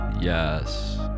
Yes